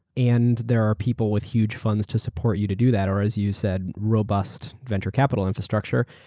and there are people with huge funds to support you to do that, or as you said, robust venture capital infrastructure,